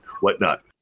whatnot